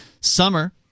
summer